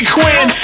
Quinn